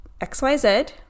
XYZ